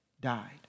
died